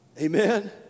Amen